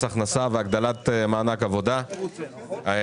הכנסה והגדלת מענק עבודה --- חבר'ה,